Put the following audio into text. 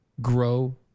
grow